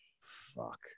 Fuck